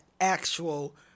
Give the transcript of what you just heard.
actual